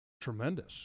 tremendous